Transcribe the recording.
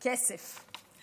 כסף.